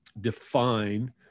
define